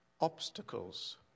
obstacles